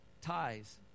ties